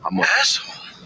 Asshole